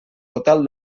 total